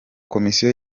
komisiyo